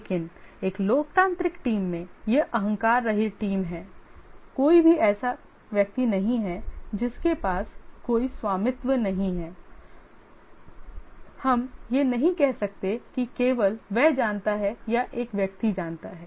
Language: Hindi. लेकिन एक लोकतांत्रिक टीम में ये अहंकार रहित टीम हैं कोई भी ऐसा व्यक्ति नहीं है जिसके पास कोई स्वामित्व नहीं है हम यह नहीं कह सकते कि केवल वह जानता है या एक व्यक्ति जानता है